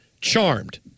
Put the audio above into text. charmed